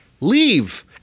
leave